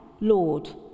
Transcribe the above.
Lord